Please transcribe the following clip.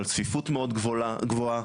על צפיפות מאוד גבוהה,